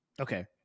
okay